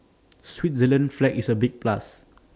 Switzerland's flag is A big plus